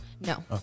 No